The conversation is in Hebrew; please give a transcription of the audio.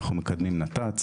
אנחנו מקדמים נת"צ,